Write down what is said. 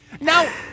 Now